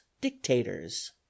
dictators